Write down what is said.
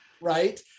right